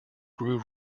grew